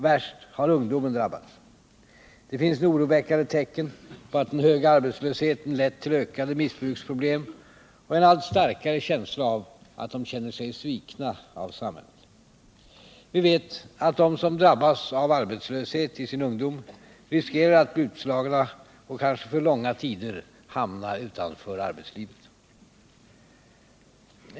Värst har ungdomen drabbats. Det finns nu oroväckande tecken på att den höga arbetslösheten lett till ökande missbruksproblem och en allt starkare känsla av att de svikits av samhället. Vi vet att de som drabbas av arbetslöshet i sin ungdom riskerar att bli utslagna och kanske för långa tider hamna utanför arbetslivet.